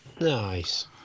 Nice